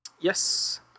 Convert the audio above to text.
Yes